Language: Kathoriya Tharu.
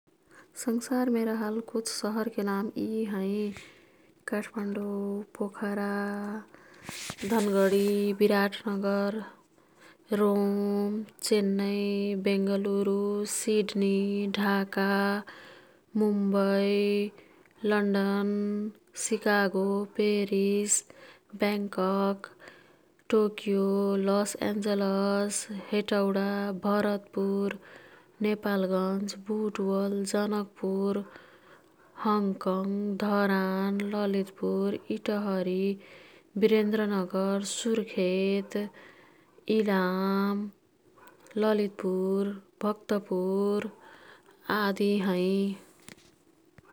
संसारमे रहल कुछ सहरके नाम यी हैं। काठमाडौं, पोखरा धनगढी, Biratnagar, Rome, Chennai, Bengaluru, Sydney, Dhaka, Mumbai, London, Chicago, Paris, Bangkok, Tokyo, Los Angeles, Hetauda, Bharatpur, Nepalgunj, Butwal, Janakpur, Hong Kong, Dharan, Lalitpur, Itahari, Birendranagar, Surkhet, Ilam, Lalitpur, Bhaktapur आदि हैं।